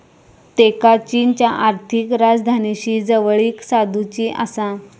त्येंका चीनच्या आर्थिक राजधानीशी जवळीक साधुची आसा